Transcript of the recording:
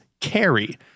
carry